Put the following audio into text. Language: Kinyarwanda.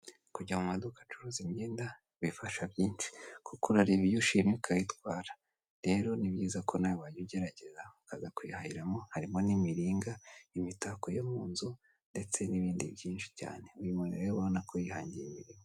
Kujya mu maduka acuruza imyenda bifasha byinshi kuko urareba iyo ushimye ukayitwara rero ni biza ko nawe wajya ugerageza ukajya kuri hahiramo harimo n'imiringa, imitako yo munzu ndetse n'ibindi byinshi cyane. Uyu muntu rero ubona ko yihangiye imirimo.